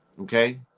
Okay